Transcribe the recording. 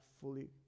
fully